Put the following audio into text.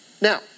Now